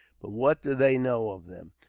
but what do they know of them?